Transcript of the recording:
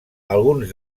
alguns